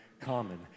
common